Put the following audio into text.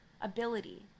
ability